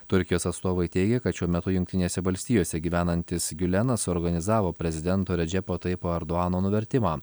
turkijos atstovai teigia kad šiuo metu jungtinėse valstijose gyvenantis giulenas suorganizavo prezidento redžepo taipo erdoano nuvertimą